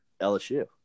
LSU